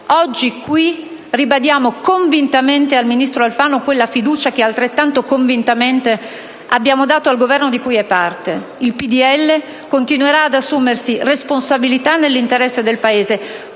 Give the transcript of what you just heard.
Oggi qui ribadiamo convintamente al ministro Alfano quella fiducia che altrettanto convintamente abbiamo dato al Governo di cui è parte. Il Popolo della Libertà continuerà ad assumersi responsabilità nell'interesse del Paese,